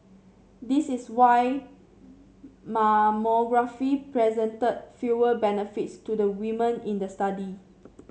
this is why mammography presented fewer benefits to the women in the study